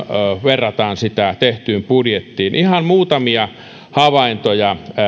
verrataan sitä tehtyyn budjettiin ihan muutamia havaintoja